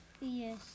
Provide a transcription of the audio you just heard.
Yes